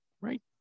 right